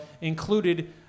included